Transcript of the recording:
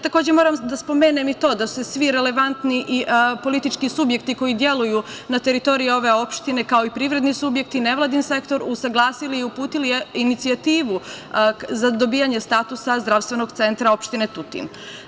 Takođe, moram da spomenem i to da su svi relevantni politički subjekti koji deluju na teritoriji ove opštine, kao i privredni subjekti, nevladin sektor usaglasili i uputili inicijativu za dobijanje statusa zdravstvenog centra opštine Tutin.